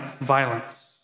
violence